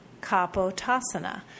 Kapotasana